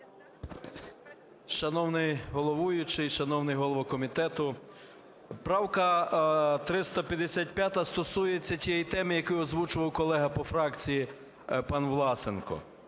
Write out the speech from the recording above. Шановний головуючий, шановний голово комітету! Правка 355 стосується тієї теми, яку озвучував колега по фракції пан Власенко.